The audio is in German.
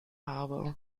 habe